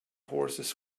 horses